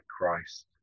christ